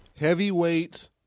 Heavyweight